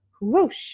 whoosh